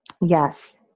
Yes